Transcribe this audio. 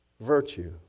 virtue